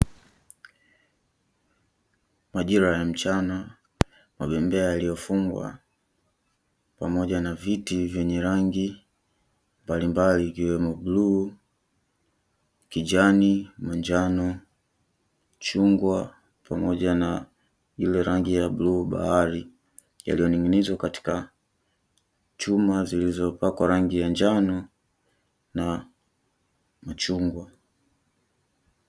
Majira ya mchana mabembea yaliyofungwa pamoja na viti vyenye rangi mbalimbali ikiwemo: bluu, kijani na njano, chungwa pamoja na ile rangi ya bluu bahari; yaliyoning'inizwa katika chuma zilizopakwa rangi ya njano na machungwa.